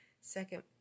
second